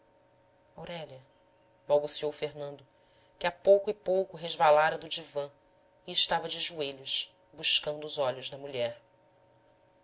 sua aurélia balbuciou fernando que a pouco e pouco resvalara do divã e estava de joelhos buscando os olhos da mulher